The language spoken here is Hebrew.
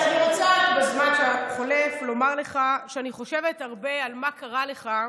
אז אני רוצה בזמן החולף לומר לך שאני חושבת הרבה על מה קרה לך,